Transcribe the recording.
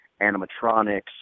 animatronics